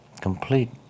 complete